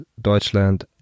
Deutschland